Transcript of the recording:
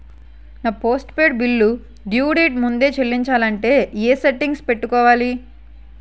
నా postpaid bill due date ముందే చెల్లించాలంటే ఎ సెట్టింగ్స్ పెట్టుకోవాలి?